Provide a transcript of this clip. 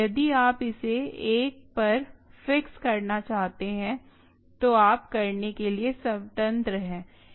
यदि आप इसे 1 पर फिक्स करना चाहते हैं तो आप करने के लिए स्वतंत्र हैं